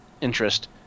interest